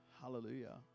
Hallelujah